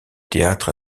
théâtre